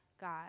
God